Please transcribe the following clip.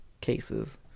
cases